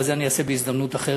אבל את זה אני אעשה בהזדמנות אחרת,